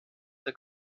der